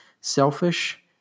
selfish